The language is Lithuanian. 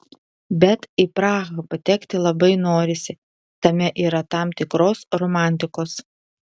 bet į prahą patekti labai norisi tame yra tam tikros romantikos